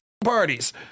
parties